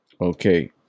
Okay